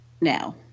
now